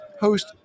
host